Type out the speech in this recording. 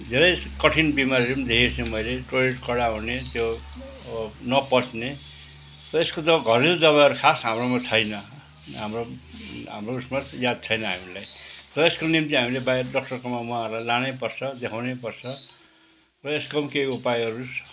धेरै कठिन बिमारीहरू पनि देखेको छु मैले टोइलेट कडा हुने त्यो नपच्ने र यसको चाहिँ अब घरेलु दवाईहरू खास हाम्रोमा छैन हाम्रो उस यसमा याद छैन हामीलाई र यसको निम्ति हामीले बाहिर डक्टरकोमा उहाँहरूलाई लानै पर्छ देखाउनै पर्छ र यसको पनि केही उपायहरू